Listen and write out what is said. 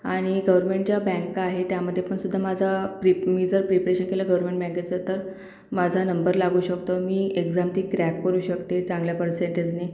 आणि गवरमेंटच्या बँका आहे त्यामध्येपण सुद्धा माझा प्रिप मी जर प्रिप्रेशन केलं गरमेण बँकेचं तर माझा नंबर लागू शकतो मी एक्झॅम ती क्रॅक करू शकते चांगल्या पर्सेन्टेजनी